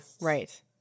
right